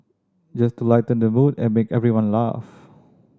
just to lighten the mood and make everyone laugh